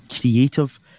creative